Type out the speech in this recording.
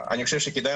באופן שיטתי על